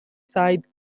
side